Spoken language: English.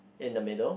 in the middle